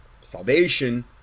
salvation